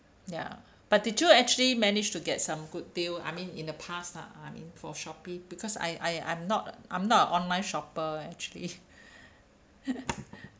ya but did you actually manage to get some good deal I mean in the past lah I mean for shopee because I I I'm not I'm not a online shopper actually